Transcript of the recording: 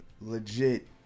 legit